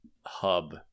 hub